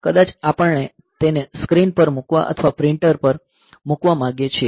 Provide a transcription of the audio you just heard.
કદાચ આપણે તેને સ્ક્રીન પર મૂકવા અથવા પ્રિન્ટર પર મૂકવા માંગીએ છીએ